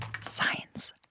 Science